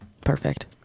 Perfect